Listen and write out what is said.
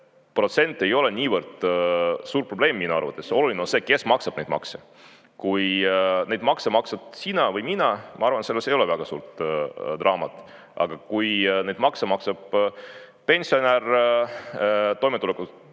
protsent ei ole niivõrd suur probleem minu arvates. Oluline on see, kes maksab neid makse. Kui neid makse maksad sina või mina, ma arvan, et selles ei ole väga suurt draamat, aga kui neid makse maksab pensionär, toimetulekutoetuse